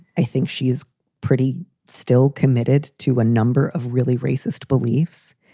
i think she is pretty still committed to a number of really racist beliefs.